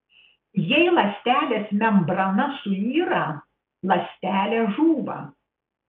jei ląstelės membrana suyra ląstelė žūva